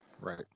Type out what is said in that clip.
Right